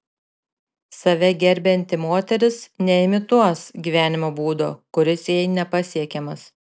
save gerbianti moteris neimituos gyvenimo būdo kuris jai nepasiekiamas